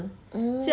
oh